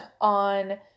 on